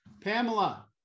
Pamela